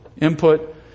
input